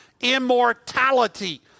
immortality